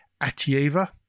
Atieva